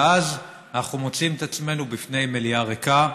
ואז אנחנו מוצאים את עצמנו לפני מליאה ריקה,